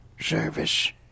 service